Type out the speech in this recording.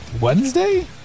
Wednesday